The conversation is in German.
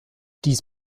dies